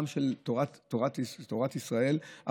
גם של תורת ישראל,